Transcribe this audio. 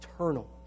eternal